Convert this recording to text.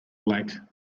lake